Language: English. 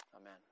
Amen